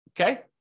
okay